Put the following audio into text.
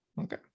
Okay